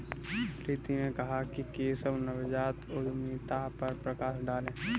प्रीति ने कहा कि केशव नवजात उद्यमिता पर प्रकाश डालें